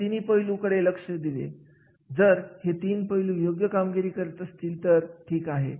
आणि ठरवून दिलेल्या कामगिरीपेक्षा जर कमी कामगिरी होत असेल तर निश्चितपणे अशी कमतरता आपण प्रशिक्षण कार्यक्रमांमधून भरून काढू शकतो